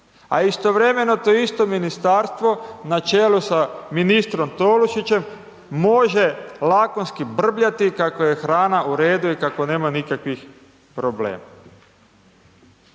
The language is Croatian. A istovremeno to isto ministarstvo, na čelu sa ministrom Tolušićem, može lakonski brbljati, kako je hrana u redu i kako nema nikakvih problema.